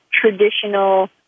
traditional